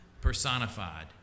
personified